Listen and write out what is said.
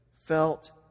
felt